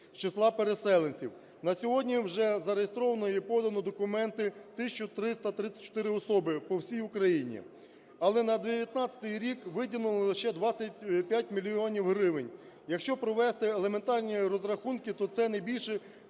з числа переселенців. На сьогодні вже зареєстровано і подано документи 1 тисяча 334 особи по всій Україні, але на 2019 рік виділено лише 25 мільйонів гривень. Якщо провести елементарні розрахунки, то це не більше